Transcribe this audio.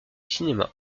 cinéma